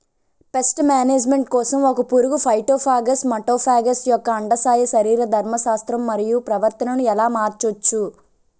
Paste management కోసం ఒక పురుగు ఫైటోఫాగస్హె మటోఫాగస్ యెక్క అండాశయ శరీరధర్మ శాస్త్రం మరియు ప్రవర్తనను ఎలా మార్చచ్చు?